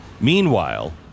Meanwhile